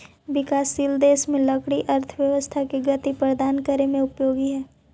विकासशील देश में लकड़ी अर्थव्यवस्था के गति प्रदान करे में उपयोगी हइ